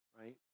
right